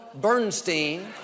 Bernstein